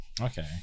okay